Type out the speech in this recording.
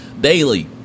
Daily